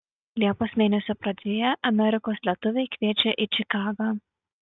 liepos mėnesio pradžioje amerikos lietuviai kviečia į čikagą